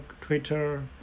Twitter